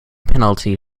penalty